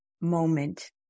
moment